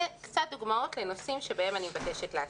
הנה קצת דוגמאות לנושאים שבהם אני מבקשת לעסוק.